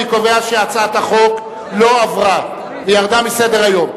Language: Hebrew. אני קובע שהצעת החוק לא עברה, וירדה מסדר-היום.